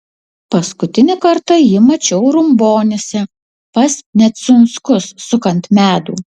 paskutinį kartą jį mačiau rumbonyse pas neciunskus sukant medų